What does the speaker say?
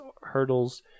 hurdles